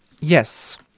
yes